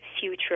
future